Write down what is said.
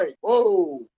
Whoa